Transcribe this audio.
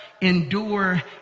endure